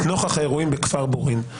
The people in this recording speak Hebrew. נוכח האירועים בכפר בורין,